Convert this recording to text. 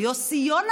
על יוסי יונה,